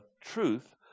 truth